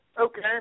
Okay